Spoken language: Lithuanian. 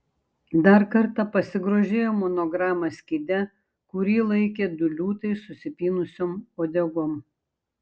dar kartą pasigrožėjo monograma skyde kurį laikė du liūtai susipynusiom uodegom